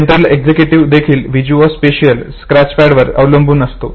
central executive देखील Visio special स्क्रॅचपॅडवर अवलंबून असतो